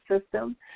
system